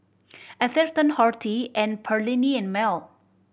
Atherton Horti and Perllini and Mel